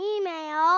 email